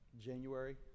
January